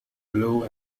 blue